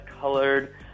colored